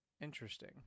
Interesting